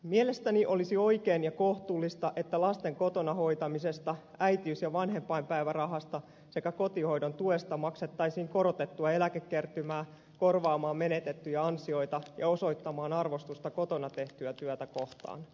mielestäni olisi oikein ja kohtuullista että lasten kotona hoitamisesta äitiys ja vanhempainpäivärahasta sekä kotihoidon tuesta maksettaisiin korotettua eläkekertymää korvaamaan menetettyjä ansioita ja osoittamaan arvostusta kotona tehtyä työtä kohtaan